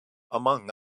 among